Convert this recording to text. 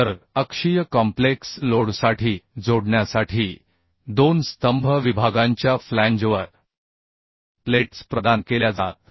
तर अक्षीय कॉम्प्लेक्स लोडसाठी जोडण्यासाठी दोन स्तंभ विभागांच्या फ्लॅंजवर प्लेट्स प्रदान केल्या जातात